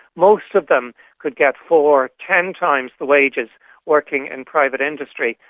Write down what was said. most of them could get four, ten times the wages working in private industry,